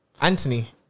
Anthony